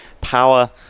power